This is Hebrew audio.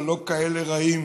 אבל לא כאלה רעים